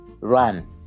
run